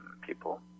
people